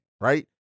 Right